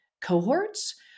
cohorts